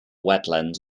wetlands